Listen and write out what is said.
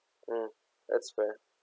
mm that's fair